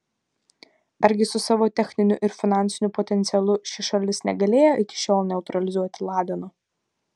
argi su savo techniniu ir finansiniu potencialu ši šalis negalėjo iki šiol neutralizuoti ladeno